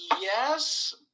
yes